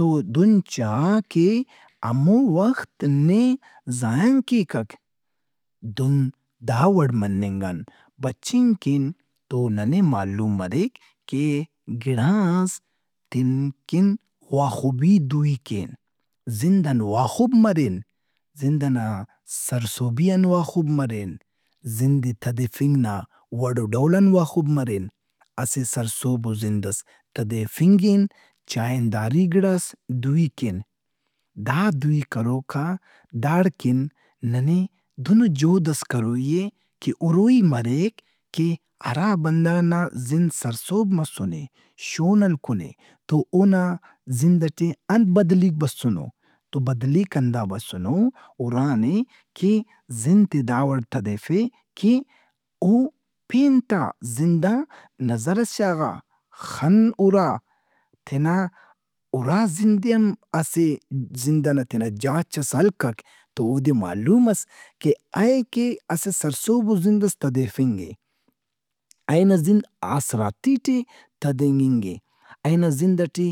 دہن چا کہ ہمو وخت نے ضائع ہم کیکک۔ دہن داوڑ مننگ آن بچنگ کن تو ننے معلوم مرے کہ گڑاس تین کن واخبی دُوئی کین۔ زند ان واخب مرین۔ زند ئنا سرسہبی آن واخب مرین۔ زند ئے تدیفنگ نا ئنا وڑوڈول ن واخب مرین۔ اسہ سرسہبو زندئس تدیفنگ کن چائنداری دُوئی کین۔ دا دوئی کروکا داڑکن ننے دہنو جہدئس کروئی اے کہ ہروئی مریک کہ ہرا بندغ نا زند سرسہب مسنے، شون ہلکنے تو اونا زند ئٹے انت بدلیک بسنو۔ تو بدلیک ہندا بسنو ہُرانے کہ زند ئے داوڑ تدیفے کہ او پینت آ زند آ نظرئس شاغا۔ خن ہُرا تینا ہُرا زندئے ہم اسہ زند ئنا تینا جاچس ہلکک تو اودے معلوم مس کہ اے کہ اسہ سرسہبو زندئس تدیفنگہِ، اینا زند آسراتی ٹے تدینگنگہِ، اینا زند ئٹے